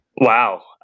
Wow